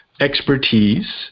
Expertise